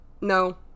No